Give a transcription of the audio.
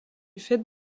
fait